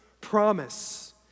promise